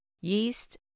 yeast